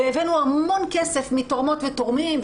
והביאנו המון כסף מתורמות ותורמים,